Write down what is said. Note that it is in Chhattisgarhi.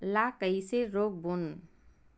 ला कइसे रोक बोन?